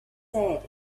sad